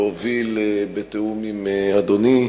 בתיאום עם אדוני.